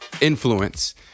influence